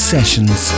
Sessions